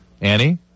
Annie